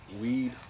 Weed